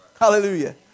Hallelujah